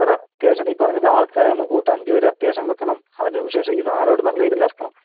sir അത്യാവശ്യമായിട്ട് ഈ പറഞ്ഞത് പോലെ ആൾക്കാരെ ഒന്ന് കൂട്ടാൻ അഞ്ച് പേരെ അത്യാവശ്യം വയ്ക്കണം അതിനു ശേഷം ഈ സാധനം ഇവിടെ നല്ല രീതിയിൽ ഇറക്കണം